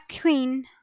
queen